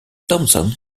thomson